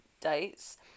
dates